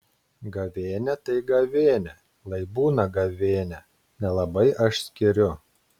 gavėnia tai gavėnia lai būna gavėnia nelabai aš skiriu